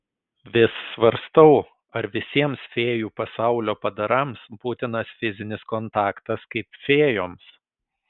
vis svarstau ar visiems fėjų pasaulio padarams būtinas fizinis kontaktas kaip fėjoms